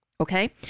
Okay